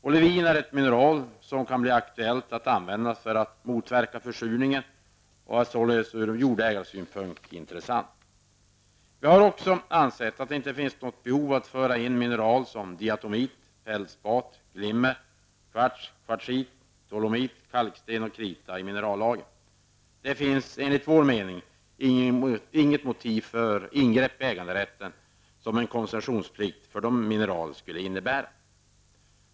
Olivin är ett mineral som kan bli aktuellt att använda för att motverka försurning och är således intressant från jordägarsynpunkt. Vi har också ansett att det inte finns något behov av att föra in mineral som diatomit, fältspat, glimmer, kvarts, kvartsit, dolomit, kalksten och krita i minerallagen. Det finns enligt vår mening inget motiv för det ingrepp i äganderätten som en koncessionsplikt för dessa mineral skulle innebära.